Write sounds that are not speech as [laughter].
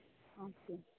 [unintelligible]